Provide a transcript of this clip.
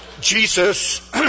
Jesus